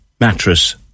mattress